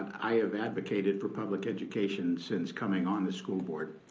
i have advocated for public education since coming on the school board.